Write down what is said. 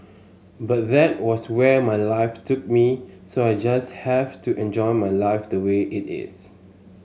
but that was where my life took me so I just have to enjoy my life the way it is